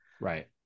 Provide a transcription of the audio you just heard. Right